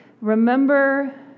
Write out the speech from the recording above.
Remember